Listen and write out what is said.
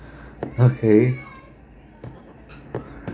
okay